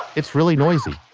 it's really noisy.